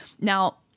Now